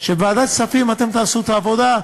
שבוועדת כספים אתם תעשו את העבודה,